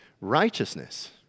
righteousness